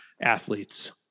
athletes